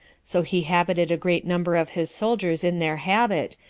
so he habited a great number of his soldiers in their habit,